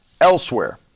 elsewhere